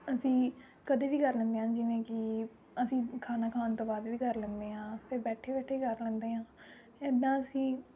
ਅਸੀਂ ਕਦੇ ਵੀ ਕਰ ਲੈਂਦੇ ਹਾਂ ਜਿਵੇਂ ਕਿ ਅਸੀਂ ਖਾਣਾ ਖਾਣ ਤੋਂ ਬਾਅਦ ਵੀ ਕਰ ਲੈਂਦੇ ਹਾਂ ਫਿਰ ਬੈਠੇ ਬੈਠੇ ਕਰ ਲੈਂਦੇ ਹਾਂ ਏਦਾ ਅਸੀਂ